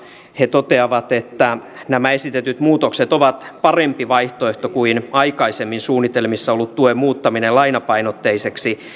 he toteavat että nämä esitetyt muutokset ovat parempi vaihtoehto kuin aikaisemmin suunnitelmissa ollut tuen muuttaminen lainapainotteiseksi